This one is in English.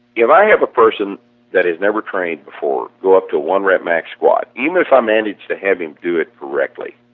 if i have a person that is never trained before go up to one-rep max squat even if i managed to have him do it correctly,